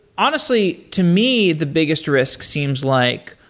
honestly to me, the biggest risk seems like,